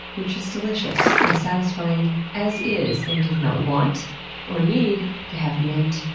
which is delicious and satisfying as is, and does not want or need to have mint,